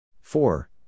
four